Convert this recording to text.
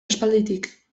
aspalditik